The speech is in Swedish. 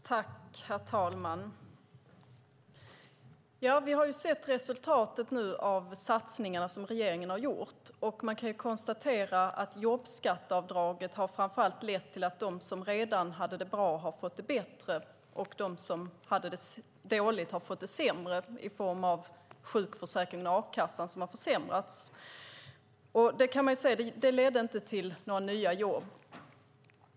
Herr talman! Vi har nu sett resultatet av de satsningar som regeringen har gjort. Man kan konstatera att jobbskatteavdraget framför allt har lett till att de som redan hade det bra har fått det bättre medan de som hade det dåligt har fått det sämre i form av försämrad sjukförsäkring och a-kassa. Man kan säga att det inte ledde till några nya jobb.